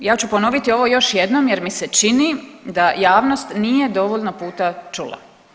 Ja ću ponoviti ovo još jednom jer mi se čini da javnost nije dovoljno puta čula.